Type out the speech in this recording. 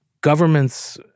Governments